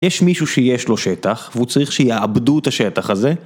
יש מישהו שיש לו שטח, והוא צריך שיעבדו את השטח הזה